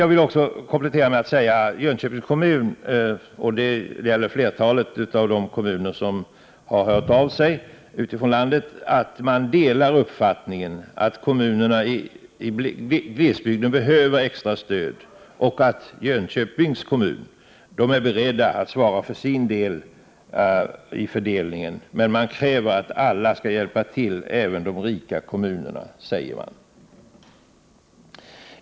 Jag vill också komplettera genom att säga att Jönköpings kommun delar uppfattningen att kommunerna i glesbygden behöver extra stöd — detta gäller flertalet av de kommuner ute i landet som hört av sig — och att Jönköpings kommun är beredd att svara för sin del vid fördelningen, men man kräver att alla skall hjälpa till, även de rika kommunerna.